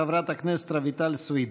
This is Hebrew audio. חברת הכנסת רויטל סויד.